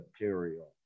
material